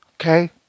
Okay